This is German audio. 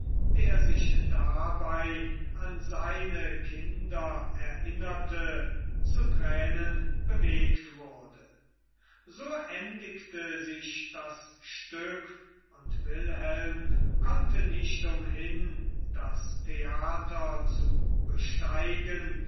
der sich dabei an seine kinder erinnerte zu tränen bewegt wurde so endigte sich das stück und wilhelm konnte nicht umhin das theater zu besteigen